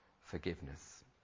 forgiveness